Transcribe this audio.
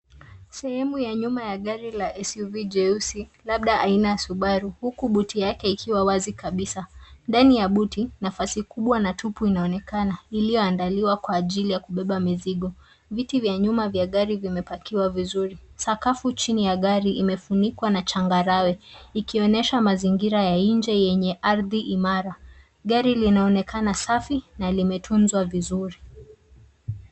Sehemu ya nyuma ya gari la SUV jeusi labda aina ya Subaru huku buti yake ikiwa wazi kabisa. Ndani ya buti nafasi kubwa na tupu inaonekana iliyoandaliwa kwa ajili ya kubeba mizigo. Viti vya nyuma ya gari imepakiwa vizuri. Sakafu chini ya gari imefunikwa na changarawe ikionyesha mazingira ya nje yenye ardhi ya imara. Gari lionekana safi na limetunzwa vizuri.